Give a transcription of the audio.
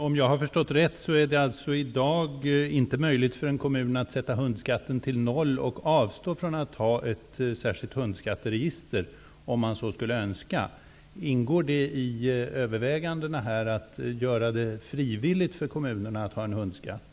Om jag har förstått saken rätt är det i dag inte möjligt för en kommun att sätta ner hundskatten till noll och avstå från att ha ett särskilt hundskatteregister, om man så skulle önska. Ingår det i övervägandena att göra det frivilligt för kommunerna att ha en hundskatt?